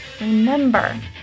remember